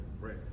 right